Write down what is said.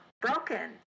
broken